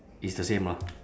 it's the same lah